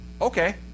Okay